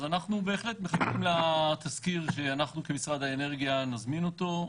אז אנחנו בהחלט מחכים לתסקיר שאנחנו כמשרד האנרגיה נזמין אותו,